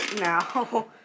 now